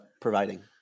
providing